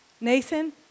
Nathan